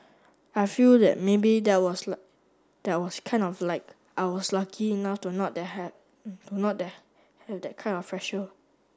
I feel that maybe that was that was kind of like I was lucky enough to not that have to not that have that kind of